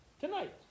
Tonight